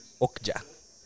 Okja